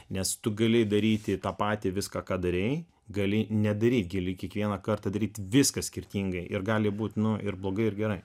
nes tu gali daryti tą patį viską ką darei gali nedaryti girdi kiekvieną kartą daryti viską skirtingai ir gali būt nu ir blogai ir gerai